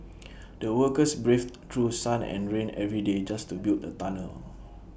the workers braved through sun and rain every day just to build the tunnel